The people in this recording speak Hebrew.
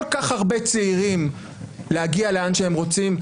כך הרבה צעירים להגיע לאן שהם רוצים.